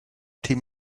team